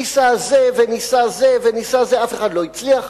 ניסה זה וניסה זה וניסה זה, אף אחד לא הצליח.